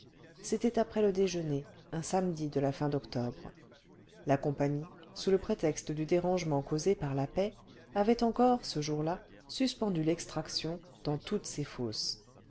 c'était après le déjeuner un samedi de la fin d'octobre la compagnie sous le prétexte du dérangement causé par la paie avait encore ce jour-là suspendu l'extraction dans toutes ses fosses